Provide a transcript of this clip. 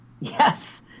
Yes